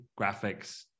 graphics